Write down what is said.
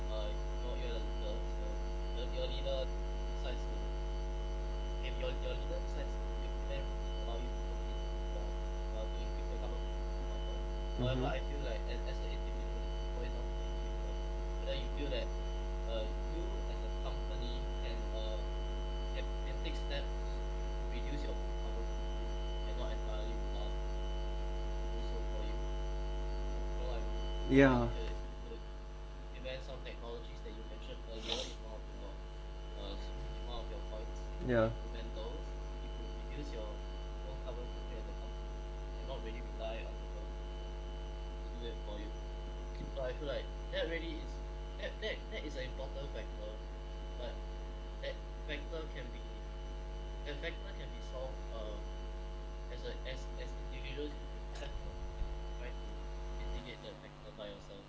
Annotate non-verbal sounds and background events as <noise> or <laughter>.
yeah <breath> yeah